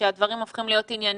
כשהדברים הופכים להיות ענייניים,